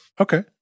Okay